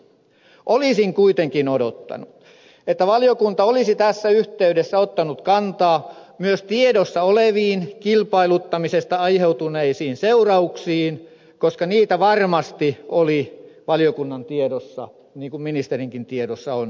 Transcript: olisin kuitenkin odottanut että valiokunta olisi tässä yhteydessä ottanut kantaa myös tiedossa oleviin kilpailuttamisesta aiheutuneisiin seurauksiin koska niitä varmasti oli valiokunnan tiedossa niin kuin ministerinkin tiedossa on